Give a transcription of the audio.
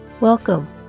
Welcome